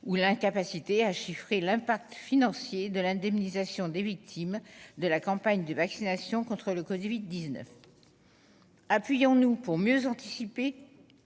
ou l'incapacité à chiffrer l'impact financier de l'indemnisation des victimes de la campagne de vaccination contre le Covid 19. Appuyons-nous pour mieux anticiper